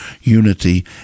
unity